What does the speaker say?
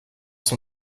son